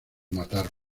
mataron